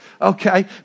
Okay